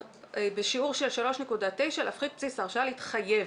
"בשיעור של 3.9 להפחית את בסיס ההרשאה להתחייב